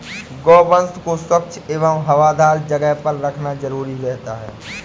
गोवंश को स्वच्छ एवं हवादार जगह पर रखना जरूरी रहता है